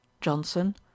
johnson